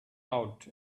out